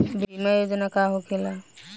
बीमा योजना का होखे ला?